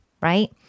right